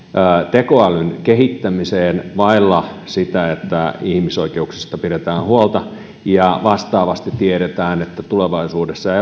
tekoälyn kehittämiseen vailla sitä että ihmisoikeuksista pidetään huolta ja vastaavasti tiedämme että tulevaisuudessa